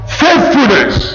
faithfulness